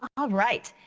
all right.